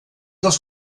dels